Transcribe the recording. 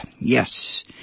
yes